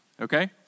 okay